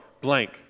blank